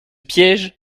piège